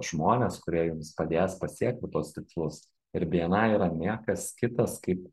žmones kurie jums padės pasiekti tuos tikslus ir bni yra niekas kitas kaip